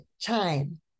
time